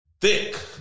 thick